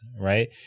Right